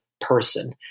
person